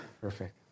Perfect